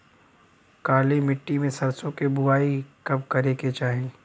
काली मिट्टी में सरसों के बुआई कब करे के चाही?